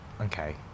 okay